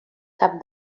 cap